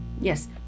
Yes